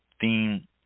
theme